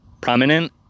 prominent